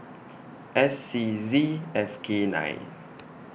S C Z F K nine